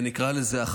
נקרא לזה,